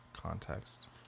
context